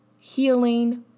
healing